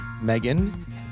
Megan